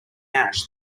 ash